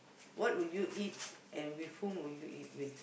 what would you eat and with whom would you eat with